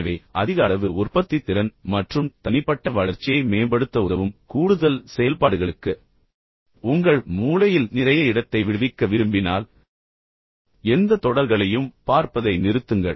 எனவே அதிக அளவு உற்பத்தித்திறன் மற்றும் தனிப்பட்ட வளர்ச்சியை மேம்படுத்த உதவும் கூடுதல் செயல்பாடுகளுக்கு உங்கள் மூளையில் நிறைய இடத்தை விடுவிக்க விரும்பினால் எந்தத் தொடர்களையும் பார்ப்பதை நிறுத்துங்கள்